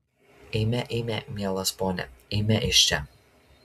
eime eime mielas pone eime iš čia